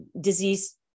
disease